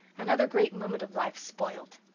another great moment of life spoiled!